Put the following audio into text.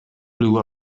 blew